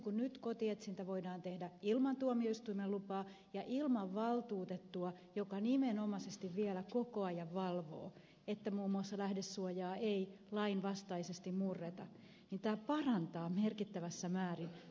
kun nyt kotietsintä voidaan tehdä ilman tuomioistuimen lupaa ja ilman valtuutettua joka nimenomaisesti vielä koko ajan valvoo että muun muassa lähdesuojaa ei lainvastaisesti murreta niin tämä esitys parantaa merkittävässä määrin toimittajien suojaa